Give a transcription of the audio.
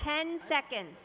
ten seconds